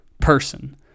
person